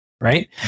right